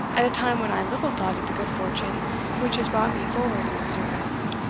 at a time when i little thought of the good fortune which has brought me forward in the service.